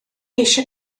eisiau